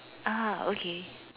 ah okay